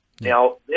Now